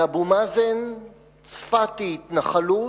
לאבו מאזן צפת היא התנחלות,